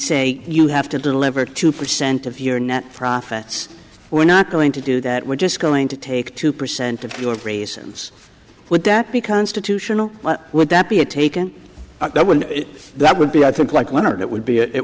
say you have to deliver two percent of your net profits we're not going to do that we're just going to take two percent of your reasons would that be constitutional would that be a taken that would that would be i think like when it would be it